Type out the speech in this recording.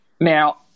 Now